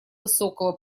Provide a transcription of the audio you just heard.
высокого